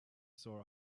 saw